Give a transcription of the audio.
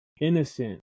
innocent